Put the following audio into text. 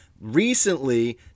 recently